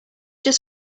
just